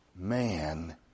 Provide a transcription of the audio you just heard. Man